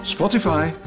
Spotify